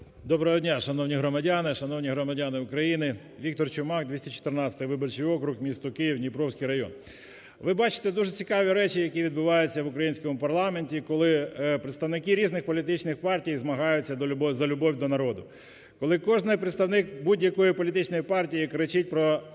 Доброго дня, шановні громадяни, шановні громадяни України! Віктор Чумак, 214 виборчий округ, місто Київ, Дніпровський район. Ви бачите дуже цікаві речі, які відбуваються в українському парламенті, коли представники різних політичних партій змагають за любов до народу, коли кожен представник будь-якої політичної партії кричить про